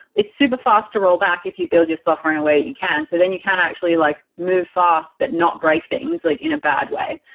it's super-fast to roll back if you build your software in a way that you can, so then you can't actually like move fast, but not break things like in a bad way.